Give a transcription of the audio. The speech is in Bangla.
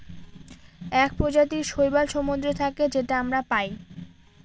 এক প্রজাতির শৈবাল সমুদ্রে থাকে যেটা আমরা পায়